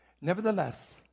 nevertheless